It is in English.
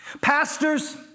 Pastors